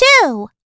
two